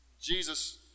Jesus